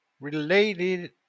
related